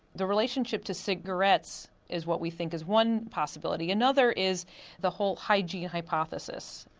the relationship to cigarettes is what we think is one possibility another is the whole hygiene hypothesis.